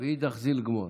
ואידך זיל גמור.